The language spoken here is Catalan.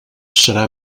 serà